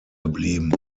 geblieben